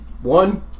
One